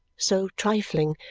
so trifling,